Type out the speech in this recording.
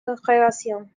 congrégation